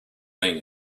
being